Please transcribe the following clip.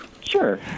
Sure